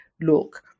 look